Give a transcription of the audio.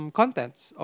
contents